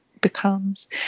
becomes